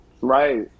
Right